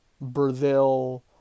Brazil